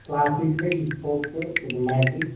classical hip hop cinematic